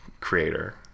creator